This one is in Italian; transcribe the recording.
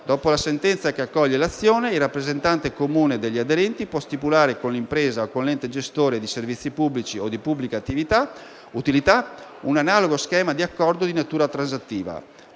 Dopo la sentenza che accoglie l'azione, il rappresentante comune degli aderenti può stipulare con l'impresa o con l'ente gestore di servizi pubblici o di pubblica utilità un analogo schema di accordo di natura transattiva.